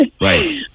Right